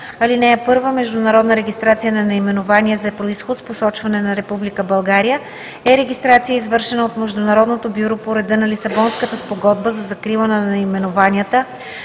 така: „(1) Международна регистрация на наименование за произход с посочване на Република България е регистрация, извършена от Международното бюро по реда на Лисабонската спогодба за закрила на наименованията